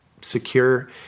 secure